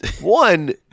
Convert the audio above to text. One